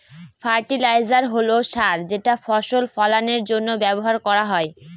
fertiliser হল সার যেটা ফসল ফলানের জন্য ব্যবহার করা হয়